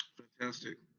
fantastic,